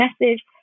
message